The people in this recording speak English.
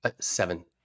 Seven